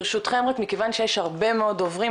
ברשותכם רק מכיוון שיש הרבה מאוד דוברים,